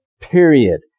period